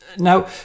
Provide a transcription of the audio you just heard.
Now